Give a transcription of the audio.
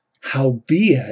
Howbeit